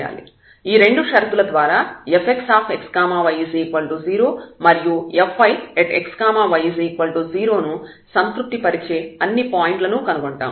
ఈ రెండు షరతుల ద్వారా fxxy0 మరియు fyxy0 ను సంతృప్తి పరిచే అన్ని పాయింట్లను కనుగొంటాము